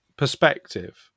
Perspective